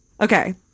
okay